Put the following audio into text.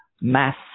mass